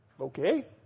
Okay